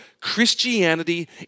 Christianity